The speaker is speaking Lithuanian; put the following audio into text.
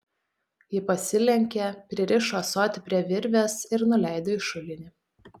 ji pasilenkė pririšo ąsotį prie virvės ir nuleido į šulinį